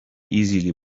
easily